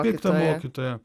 piktą mokytoją